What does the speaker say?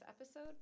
episode